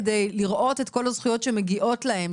על מנת לראות את הזכויות שמגיעות להם,